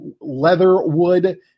Leatherwood